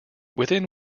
within